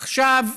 עכשיו,